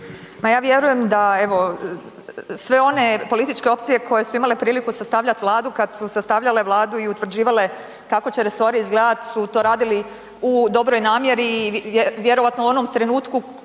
ja vjerujem da evo sve one političke opcije koje su imale priliku sastavljati Vladu, kad su sastavljale Vladu i utvrđivale kako će resori izgledat su to radili u dobroj namjeri i vjerovatno u onom trenutku